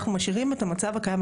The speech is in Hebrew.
אנחנו משאירים את המצב הקיים.